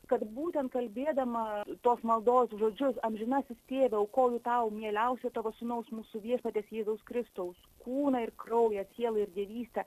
kad būtent kalbėdama tos maldos žodžius amžinasis tėve aukoju tau mieliausiojo tavo sūnaus mūsų viešpaties jėzaus kristaus kūną ir kraują sielą ir dievystę